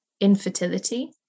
infertility